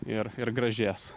ir ir gražės